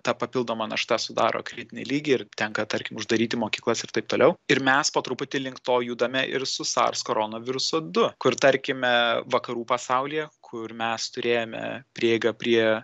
ta papildoma našta sudaro kritinį lygį ir tenka tarkim uždaryti mokyklas ir taip toliau ir mes po truputį link to judame ir su sars koronovirusu du kur tarkime vakarų pasaulyje kur mes turėjome prieigą prie